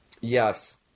Yes